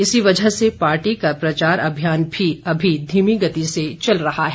इसी वजह से पार्टी का प्रचार अभियान भी अभी धीमी गति से चल रहा है